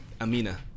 Amina